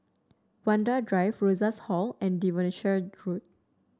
Vanda Drive Rosas Hall and Devonshire Road